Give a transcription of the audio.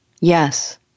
Yes